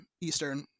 Eastern